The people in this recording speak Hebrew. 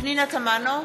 פנינה תמנו,